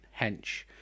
hench